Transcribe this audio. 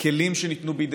הכלים שניתנו בידי,